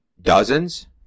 Dozens